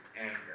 anger